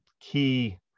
key